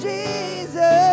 Jesus